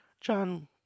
John